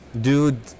dude